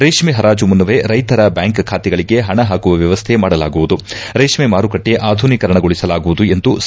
ರೇಷ್ಠೆ ಪರಾಜು ಮುನ್ನವೇ ರೈತರ ಬ್ಕಾಂಕ್ ಖಾತೆಗಳಿಗೆ ಪಣ ಪಾಕುವ ವ್ಯವಸ್ಥೆ ಮಾಡಲಾಗುವುದು ರೇಷ್ಠೆ ಮಾರುಕಟ್ಟೆ ಅಧುನೀಕರಣಗೊಳಿಸಲಾಗುವುದು ಎಂದು ಸಾ